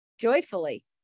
joyfully